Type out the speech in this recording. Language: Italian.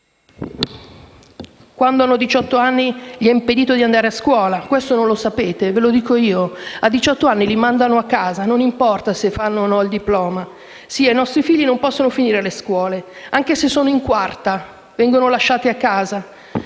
Quando hanno 18 anni, gli è impedito di andare a scuola. Questo non lo sapete, ve lo dico io. A 18 anni li mandano a casa, non importa se hanno ottenuto o no il diploma. I nostri figli non possono finire le scuole; anche se sono in quarta, vengono lasciati a casa.